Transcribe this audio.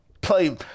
play